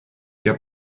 der